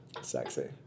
Sexy